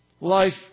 Life